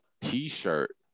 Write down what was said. T-shirt